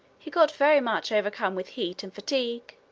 he got very much overcome with heat and fatigue.